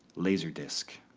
laserdisc.